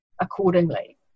accordingly